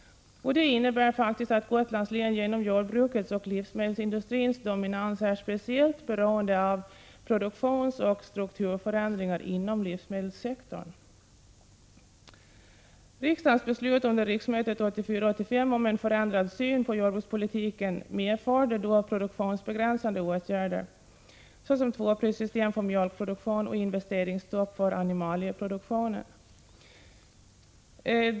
Det innebär att Gotlands län på grund av jordbrukets och livsmedelsindustrins dominans är speciellt beroende av produktionsoch strukturförändringar inom livsmedelssektorn. Riksdagens beslut under riksmötet 1984/85 om en förändrad syn på jordbrukspolitiken medförde produktionsbegränsande åtgärder såsom tvåprissystem för mjölkproduktion och investeringsstopp för animalieproduktionen.